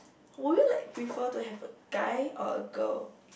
would you like prefer to have a guy or a girl